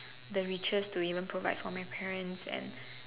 the riches to even provide for my parents and